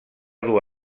dur